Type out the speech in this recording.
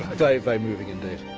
very, very moving indeed.